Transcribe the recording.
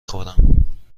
خورم